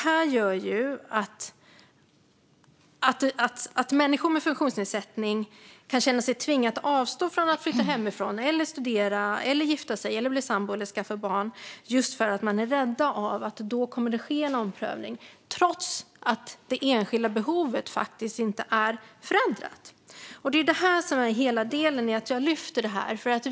Det gör att människor med funktionsnedsättning kan känna sig tvingade att avstå från att flytta hemifrån, studera, gifta sig, bli sambo eller skaffa barn just för att de är rädda för att det kommer att ske en omprövning trots att det enskilda behovet inte är förändrat. Det är hela den delen som gör att jag lyfter frågan.